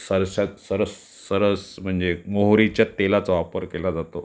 सरसा सरस सरस म्हणजे मोहरीच्या तेलाचा वापर केला जातो